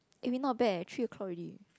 eh we not bad eh three o-clock already